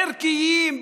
ערכיים,